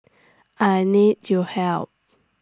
I need your help